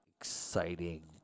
exciting